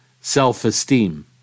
self-esteem